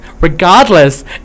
Regardless